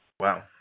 Wow